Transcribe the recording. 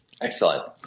Excellent